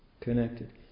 Connected